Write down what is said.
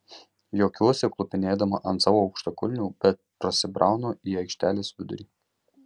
juokiuosi klupinėdama ant savo aukštakulnių bet prasibraunu į aikštelės vidurį